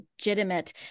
legitimate